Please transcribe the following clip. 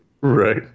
right